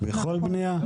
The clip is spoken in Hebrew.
בכל בנייה?